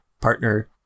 partner